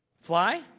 Fly